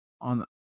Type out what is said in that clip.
on